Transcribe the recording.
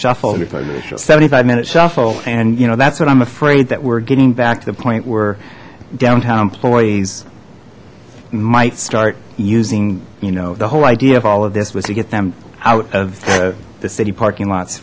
richest seventy five minutes shuffle and you know that's what i'm afraid that we're getting back to the point where downtown employees might start using you know the whole idea of all of this was to get them out of the city parking lots